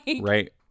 Right